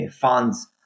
funds